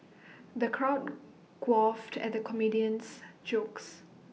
the crowd guffawed at the comedian's jokes